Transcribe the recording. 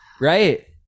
Right